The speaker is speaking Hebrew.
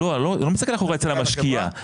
לא אני לא מסתכל אחורה אצל המשקיע, אצל החברה.